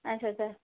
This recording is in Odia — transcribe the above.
ଆଚ୍ଛା ଆଚ୍ଛା